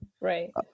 Right